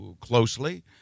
closely